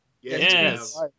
Yes